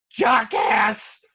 jockass